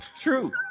true